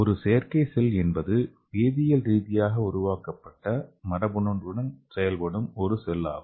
ஒரு செயற்கை செல் என்பது வேதியியல் ரீதியாக உருவாக்கப்பட்ட மரபணுவுடன் செயல்படும் ஒரு செல்லாகும்